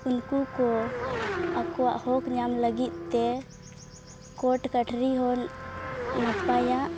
ᱩᱱᱠᱩ ᱠᱚ ᱟᱠᱚᱣᱟᱜ ᱦᱚᱠ ᱧᱟᱢ ᱞᱟᱹᱜᱤᱫ ᱛᱮ ᱠᱳᱴ ᱠᱟᱴᱷᱨᱤ ᱦᱚᱸ ᱱᱟᱯᱟᱭᱟ